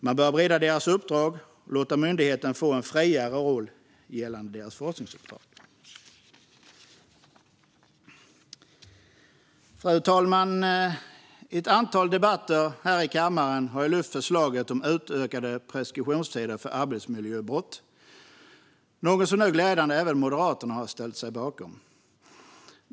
Man bör bredda deras uppdrag och låta myndigheten få en friare roll gällande deras forskningsuppdrag. Fru talman! I ett antal debatter här i kammaren har jag lyft förslaget om utökade preskriptionstider för arbetsmiljöbrott, något som nu glädjande även Moderaterna har ställt sig bakom.